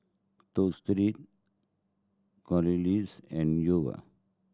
Clorox and